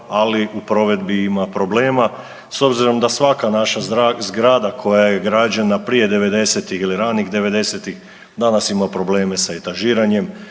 ali u provedbi ima problema. S obzirom da svaka naša zgrada koja je građena prije devedesetih ili ranih devedesetih danas ima probleme sa etažiranjem